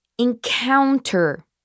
encounter